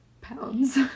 pounds